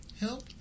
help